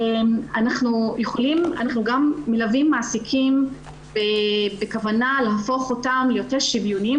אנחנו גם מלווים מעסיקים בכוונה להפוך אותם ליותר שוויוניים,